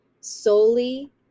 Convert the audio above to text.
solely